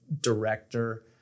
director